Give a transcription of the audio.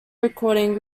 recording